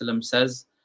says